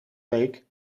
week